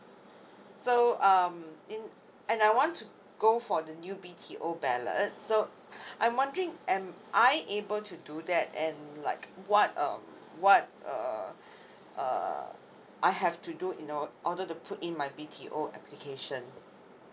so um in and I want to go for the new B T O ballot so I'm wondering am I able to do that and like what um what uh uh I have to do in or~ order to put in my B T O application